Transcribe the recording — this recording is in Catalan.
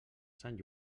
sant